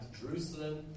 Jerusalem